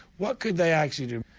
what could they actually do?